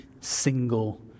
single